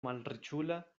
malriĉula